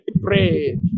Pray